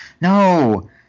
no